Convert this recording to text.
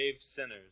sinners